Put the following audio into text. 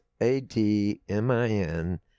A-D-M-I-N